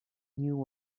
new